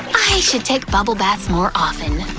i should take bubble baths more often.